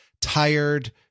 tired